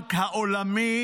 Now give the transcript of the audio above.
הבנק העולמי